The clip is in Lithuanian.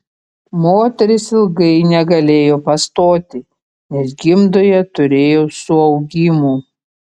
moteris ilgai negalėjo pastoti nes gimdoje turėjo suaugimų